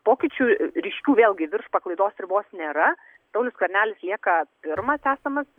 pokyčių ryškių vėlgi virš paklaidos ribos nėra saulius skvernelis lieka pirmas esamas